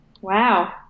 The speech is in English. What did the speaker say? Wow